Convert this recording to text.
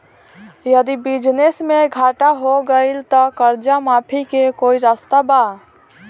यदि बिजनेस मे घाटा हो गएल त कर्जा माफी के कोई रास्ता बा?